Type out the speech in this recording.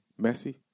Messi